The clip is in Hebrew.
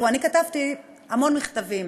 אני כתבתי המון מכתבים,